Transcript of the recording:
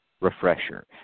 Refresher